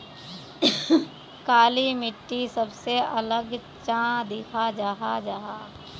काली मिट्टी सबसे अलग चाँ दिखा जाहा जाहा?